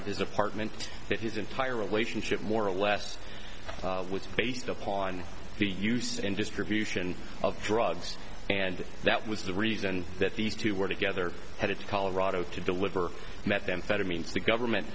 of his apartment that his entire relationship more or less was based upon the use and distribution of drugs and that was the reason that these two were together headed to colorado to deliver methamphetamines the government